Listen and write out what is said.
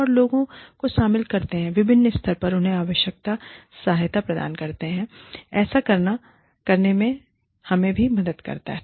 और लोगों को इसमें शामिल करते हैं विभिन्न स्तर पर उन्हें आवश्यक सहायता प्रदान करते हैं ऐसा करना हमें भी मदद करता है